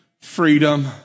freedom